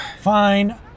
Fine